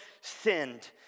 sinned